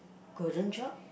Golden Job